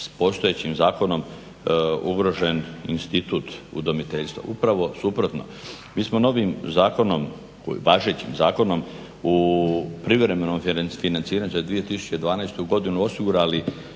s postojećim zakonom ugrožen institut udomiteljstva. Upravo suprotno. Mi smo novim zakonom važećim zakonom u privremeno financiranje za 2012.godinu osigurali